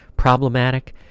problematic